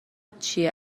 چیه